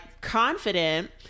confident